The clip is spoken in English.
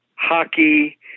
hockey